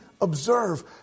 observe